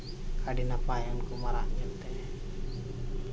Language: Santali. ᱟᱹᱰᱤ ᱱᱟᱯᱟᱭ ᱩᱱᱠᱩ ᱢᱟᱨᱟᱜ ᱧᱮᱞᱛᱮ